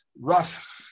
rough